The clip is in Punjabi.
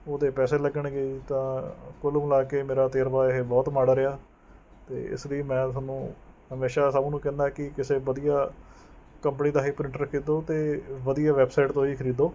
ਉਹਦੇ ਪੈਸੇ ਲੱਗਣਗੇ ਤਾਂ ਕੁੱਲ ਮਿਲਾ ਕੇ ਮੇਰਾ ਤਜ਼ਰਬਾ ਇਹ ਬਹੁਤ ਮਾੜਾ ਰਿਹਾ ਅਤੇ ਇਸ ਲਈ ਮੈਂ ਤੁਹਾਨੂੰ ਹਮੇਸ਼ਾ ਸਭ ਨੂੰ ਕਹਿੰਦਾ ਕਿ ਕਿਸੇ ਵਧੀਆ ਕੰਪਨੀ ਦਾ ਹੀ ਪ੍ਰਿੰਟਰ ਖਰੀਦੋ ਅਤੇ ਵਧੀਆ ਵੈਬਸਾਈਟ ਤੋਂ ਹੀ ਖਰੀਦੋ